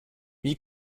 wie